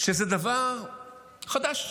וזה דבר חדש.